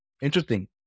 Interesting